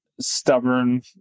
stubborn